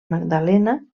magdalena